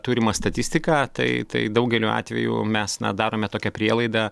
turimą statistiką tai tai daugeliu atveju mes darome tokią prielaidą